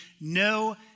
no